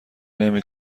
نمی